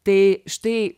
tai štai